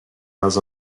has